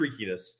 streakiness